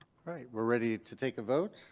alright. we're ready to take a vote.